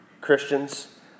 Christians